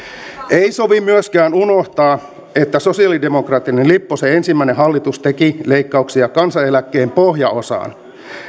ei sovi myöskään unohtaa että sosialidemokraattinen lipposen ensimmäinen hallitus teki leikkauksia kansaneläkkeen pohjaosaan